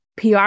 PR